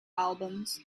albums